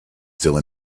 still